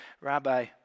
Rabbi